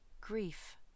grief